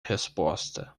resposta